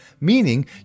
meaning